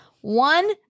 one